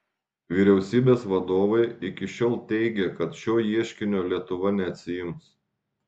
vyriausybės vadovai iki šiol teigė kad šio ieškinio lietuva neatsiims